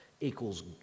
equals